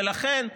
ולכן,